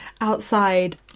outside